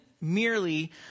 merely